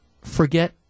forget